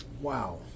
Wow